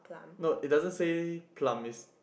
no it doesn't say plum is